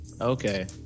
Okay